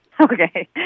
okay